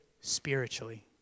spiritually